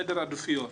סדר עדיפויות,